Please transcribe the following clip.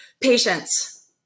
patience